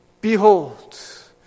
Behold